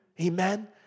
Amen